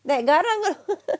like garang ah